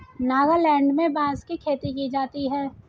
नागालैंड में बांस की खेती की जाती है